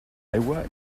aigua